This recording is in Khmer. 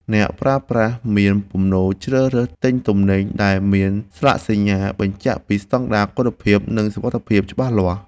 អ្នកប្រើប្រាស់មានទំនោរជ្រើសរើសទិញទំនិញដែលមានស្លាកសញ្ញាបញ្ជាក់ពីស្តង់ដារគុណភាព និងសុវត្ថិភាពច្បាស់លាស់។